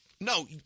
No